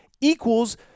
equals